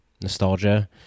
nostalgia